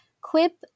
Quip